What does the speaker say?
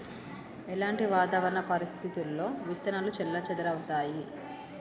ఎలాంటి వాతావరణ పరిస్థితుల్లో విత్తనాలు చెల్లాచెదరవుతయీ?